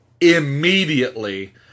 immediately